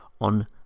on